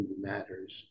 matters